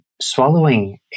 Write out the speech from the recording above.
swallowing